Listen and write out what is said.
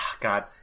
God